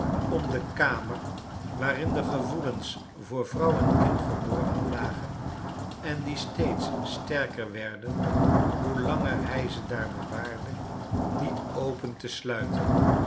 om de kamer waarin de gevoelens voor vrouw en kind verborgen lagen en die steeds sterker werden hoe langer hij ze daar bewaarde niet open te sluiten